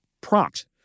prompt